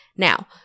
Now